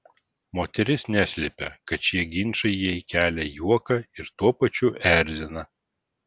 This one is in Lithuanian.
moteris neslepia kad šie ginčai jai kelia juoką ir tuo pačiu erzina